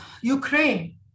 Ukraine